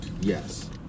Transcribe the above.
yes